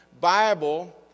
Bible